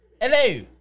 Hello